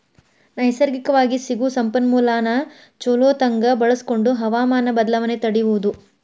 ನೈಸರ್ಗಿಕವಾಗಿ ಸಿಗು ಸಂಪನ್ಮೂಲಾನ ಚುಲೊತಂಗ ಬಳಸಕೊಂಡ ಹವಮಾನ ಬದಲಾವಣೆ ತಡಿಯುದು